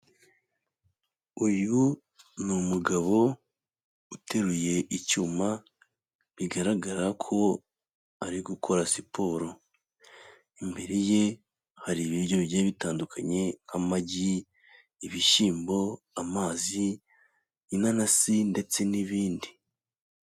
Uyu ni umugabo uteruye icyuma, bigaragara ko ari gukora siporo. Imbere ye hari ibiryo bigiye bitandukanye, nk'amagi, ibishyimbo, amazi, inanasi ndetse n'ibindi.